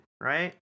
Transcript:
right